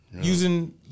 using